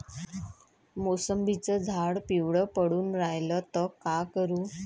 मोसंबीचं झाड पिवळं पडून रायलं त का करू?